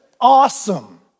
awesome